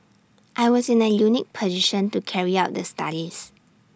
I was in A unique position to carry out the studies